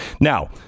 Now